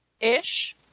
Ish